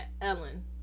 Ellen